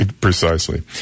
Precisely